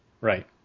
Right